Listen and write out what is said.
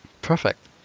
perfect